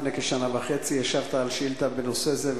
לפני כשנה וחצי השבת על שאילתא בנושא זה,